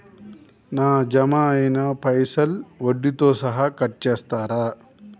నా జమ అయినా పైసల్ వడ్డీతో సహా కట్ చేస్తరా?